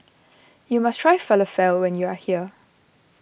you must try Falafel when you are here